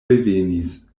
revenis